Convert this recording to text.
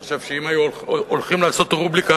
אני חושב שאם היו הולכים לעשות רובריקה